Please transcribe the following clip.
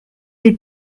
les